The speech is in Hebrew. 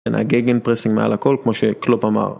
נהגה גן פרסינג מעל הכל כמו שקלופ אמר.